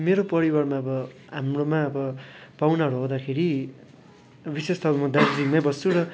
मेरो परिवारमा अब हाम्रोमा अब पाहुनाहरू आउँदाखेरि विशेष त म दार्जिलिङमै बस्छु र